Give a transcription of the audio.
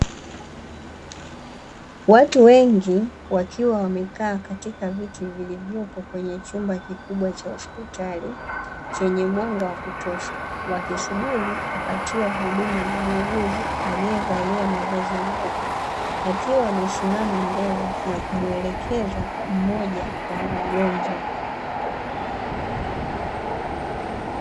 Watu wengi wakiwa wamekaa katika viti vilivyopo kwenye chumba kikubwa cha hospitali, chenye mwanga wa kutosha, wakisubiri kupatiwa huduma na muuguzi aliyevalia mavazi meupe, akiwa amesimama mbele na kumuelekeza mmoja wa wagonjwa.